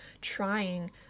trying